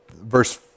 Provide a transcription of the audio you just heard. verse